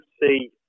see